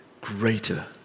greater